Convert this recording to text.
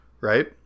Right